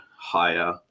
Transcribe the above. higher